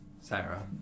Sarah